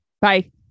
Bye